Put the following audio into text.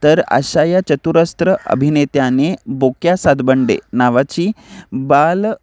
तर अशा या चतुरस्त्र अभिनेत्याने बोक्या सातबंडे नावाची बाल